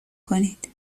کنید